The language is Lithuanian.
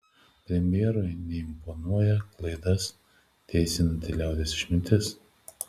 premjerui neimponuoja klaidas teisinanti liaudies išmintis